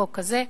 חוק כזה,